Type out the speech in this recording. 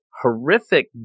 horrific